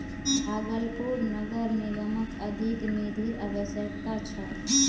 भागलपुर नगर निगमक अधिक निधिर अवश्यकता छ